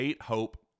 Hope